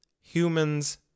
humans